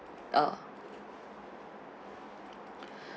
uh